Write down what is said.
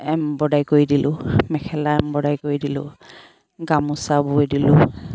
embroidery কৰি দিলোঁ mekhela embroidery কৰি দিলোঁ গামোচা বৈ দিলোঁ